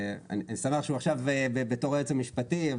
אני שמח שהוא עכשיו בתור היועץ המשפטי,